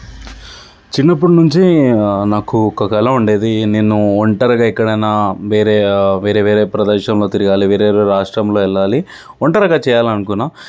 చిన్నప్పుడు నుంచి నాకు ఒక కల ఉండేది నేను ఒంటరిగా ఎక్కడైనా వేరే వేరే వేరే ప్రదేశంలో తిరగాలి వేరే వేరే రాష్ట్రంలో వెళ్ళాలి ఒంటరిగా చేయాలని అనుకున్నాను